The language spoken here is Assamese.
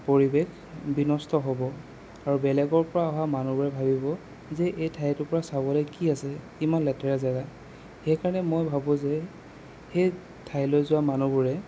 পৰিৱেশ বিনষ্ট হ'ব আৰু বেলেগৰ পৰা অহা মানুহবোৰে ভাবিব যে ঠাই টুকুৰা চাবলৈ কি আছে ইমান লেতেৰা জেগা সেইকাৰণে মই ভাবোঁ যে সেই ঠাইলৈ যোৱা মানুহবোৰে